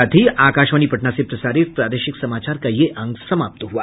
इसके साथ ही आकाशवाणी पटना से प्रसारित प्रादेशिक समाचार का ये अंक समाप्त हुआ